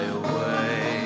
away